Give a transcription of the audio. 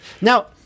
now